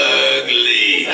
ugly